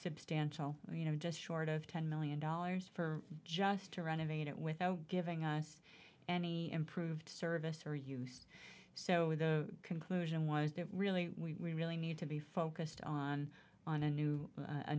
substantial you know just short of ten million dollars for just a run of a unit without giving us any improved service or use so the conclusion was that really we really need to be focused on on a new a